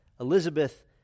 Elizabeth